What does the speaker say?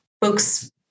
Folks